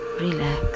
relax